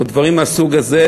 או דברים מהסוג הזה,